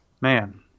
man